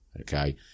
Okay